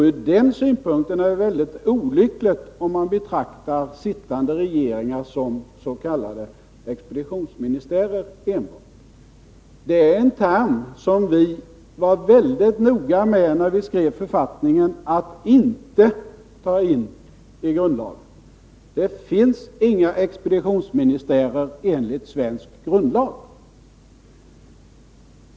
Ur den synpunkten är det mycket olyckligt, om man betraktar sittande regeringar som enbart s.k. expeditionsministärer. Det är en term som vi, när vi skrev författningen, var väldigt noga med att inte ta in i grundlagen. Det finns inga expeditionsministärer enligt svensk grundlag.